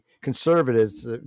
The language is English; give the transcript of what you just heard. conservatives